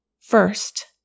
First